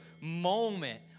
moment